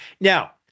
Now